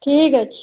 ଠିକ୍ ଅଛି